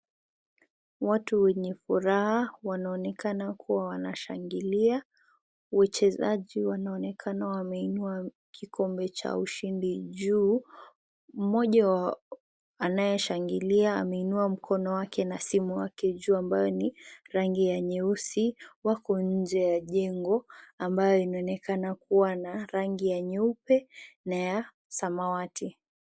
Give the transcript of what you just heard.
Watu wenye furaha wanaonekana kuwa wanashangilia. Wachezaji wanaonekana kuwa wameinua kikombe cha ushindi juu. Mmoja wa anayeshangilia ameinua mkono wake na simu wake juu ambayo ni rangi ya nyeusi. Wako nje ya jengo ambayo inaonekana kuwa na rangi ya nyeupe na samawati.